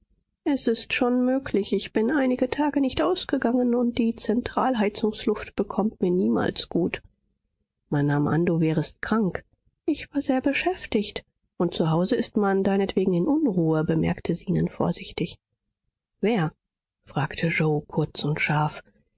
es ist schon möglich ich bin einige tage nicht ausgegangen und die zentralheizungsluft bekommt mir niemals gut man nahm an du wärest krank ich war sehr beschäftigt und zu hause ist man deinetwegen in unruhe bemerkte zenon vorsichtig wer fragte yoe kurz und scharf